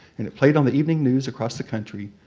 and it played on the evening news across the country.